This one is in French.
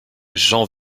jean